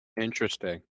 Interesting